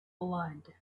blood